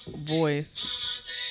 voice